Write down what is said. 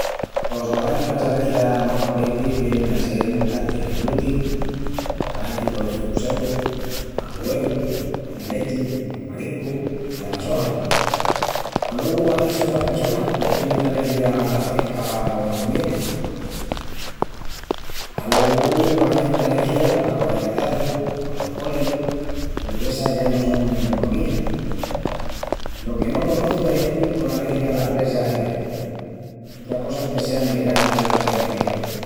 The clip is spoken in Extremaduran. Pos ogañu las alergias más corrientis vienin a sel las del glutei, la genti colos frutus secus, al güevu, ala lechi, al mariscu, i ala soja. Alogu ain sotras pressonas que tienin alergia ala pesca o la miel. Alogu ain alergias alos herretazus o alos polin peru essas ya no son de comía. Lo que no conoçu es genti con alergia ala presa ibérica. Sotra cosa es que sean veganas o vegetarianas.